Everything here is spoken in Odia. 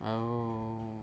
ଆଉ